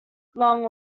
long